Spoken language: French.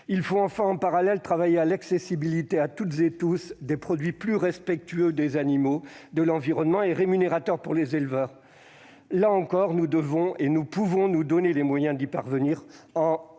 Il faut enfin, en parallèle, travailler à l'accessibilité pour toutes et tous de produits qui sont plus respectueux des animaux et de l'environnement, mais aussi plus rémunérateurs pour les éleveurs. Là encore, nous pouvons et nous devons nous donner les moyens d'y parvenir, en rémunérant